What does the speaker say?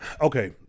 okay